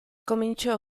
cominciò